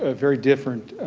ah very different